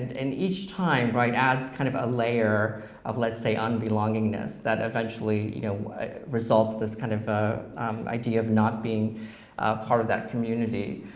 and each time adds kind of a layer of, let's say, unbelongingness that eventually you know results this kind of ah idea of not being a part of that community,